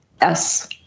Yes